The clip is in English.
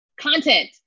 content